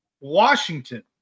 Washington